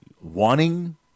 wanting